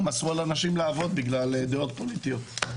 אסרו על אנשים לעבוד בגלל דעות פוליטיות.